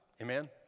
Amen